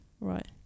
Right